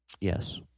Yes